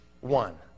One